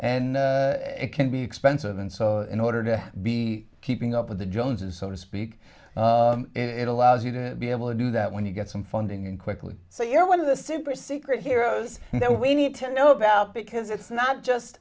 and it can be expensive and so in order to be keeping up with the joneses so to speak it allows you to be able to do that when you get some funding and quickly so you're one of the super secret heroes that we need to know about because it's not just